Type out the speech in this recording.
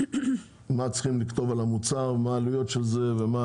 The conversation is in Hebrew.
מה צריכים לכתוב על המוצר, מה העליות וכולי.